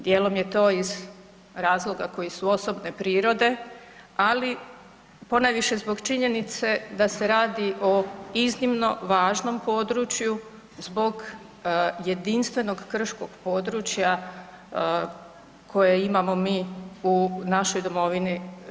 Dijelom je to iz razloga koji su osobne prirode, ali ponajviše zbog činjenice da se radi o iznimno važnom području zbog jedinstvenog krškog područja koje imamo mi u našoj domovini RH.